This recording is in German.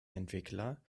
entwickler